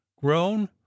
grown